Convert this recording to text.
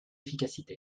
efficacité